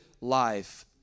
life